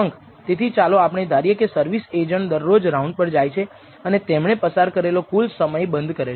તેથી ચાલો આપણે ધારીએ કે સર્વિસ એજન્ટ દરરોજ રાઉન્ડ પર જાય છે અને તેમણે પસાર કરેલો કુલ સમય બંધ કરે છે